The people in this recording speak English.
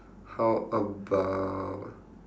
how about